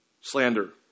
slander